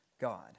God